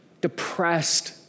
depressed